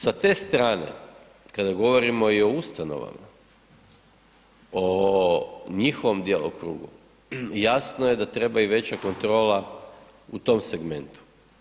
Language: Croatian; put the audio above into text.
Sa te strane kada govorimo i o ustanovama, o njihovom djelokrugu jasno je da treba i veća kontrola u tom segmentu.